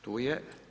Tu je.